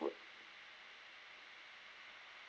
food